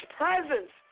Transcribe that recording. presence